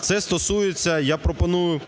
Це стосується, я пропоную